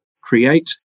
create